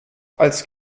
als